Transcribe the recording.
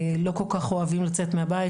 לא כל כך אוהבים לצאת מהבית.